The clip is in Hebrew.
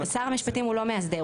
שר המשפטים הוא לא מאסדר,